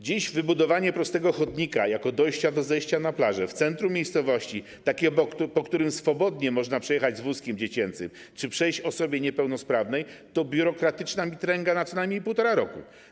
Dziś wybudowanie prostego chodnika prowadzącego do zejścia na plażę w centrum miejscowości, takiego, po którym swobodnie można przejechać z wózkiem dziecięcym czy przejść osobie niepełnosprawnej, to biurokratyczna mitręga na co najmniej 1,5 roku.